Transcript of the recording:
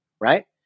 right